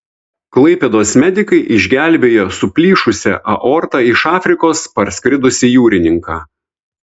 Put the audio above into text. klaipėdos medikai išgelbėjo su plyšusia aorta iš afrikos parskridusį jūrininką